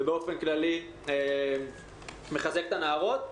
ובאופן כללי אני מחזק את הנערות.